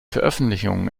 veröffentlichung